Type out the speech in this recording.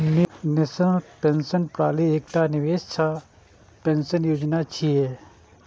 national pension प्रणाली एकटा निवेश सह पेंशन योजना छियै